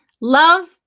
Love